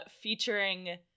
featuring